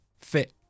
fit